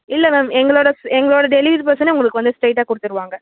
இல்லை மேம் எங்களோடய ஸ் எங்களோடய டெலிவரி பெர்சனே உங்களுக்கு வந்து ஸ்ட்ரைட்டாக கொடுத்துருவாங்க